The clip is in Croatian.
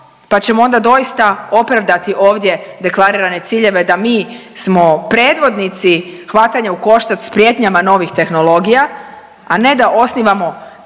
pa ćemo onda doista opravdati ovdje deklarirane ciljeve da mi smo predvodnici hvatanja ukoštac s prijetnjama novih tehnologija, a ne da osnivamo centre